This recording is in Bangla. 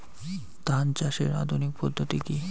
ধান চাষের আধুনিক পদ্ধতি কি?